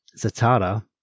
Zatara